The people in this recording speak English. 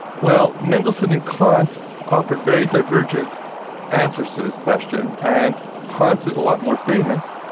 well, mendelssohn and kant offered very divergent answers to this question, and kant's is a lot more famous,